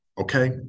Okay